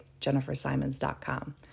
jennifersimons.com